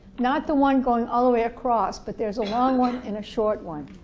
not the one going all the way across, but there's a long one and a short one,